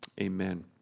Amen